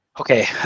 Okay